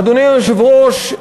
אדוני היושב-ראש,